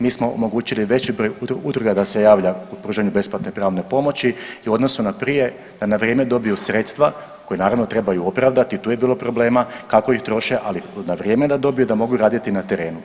Mi smo omogućili veći broj udruga da se javlja u pružanju besplatne pravne pomoći i u odnosu na prije, da na vrijeme dobiju sredstva koja naravno trebaju opravdati tu je bilo problema kako ih troše ali na vrijeme da dobiju da mogu raditi na terenu.